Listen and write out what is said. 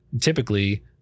typically